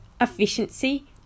efficiency